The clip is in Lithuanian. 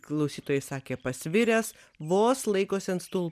klausytojai sakė pasviręs vos laikosi ant stulpo